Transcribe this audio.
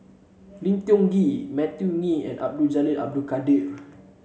Lim Tiong Ghee Matthew Ngui and Abdul Jalil Abdul Kadir